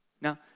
Now